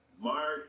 Mark